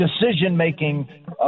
decision-making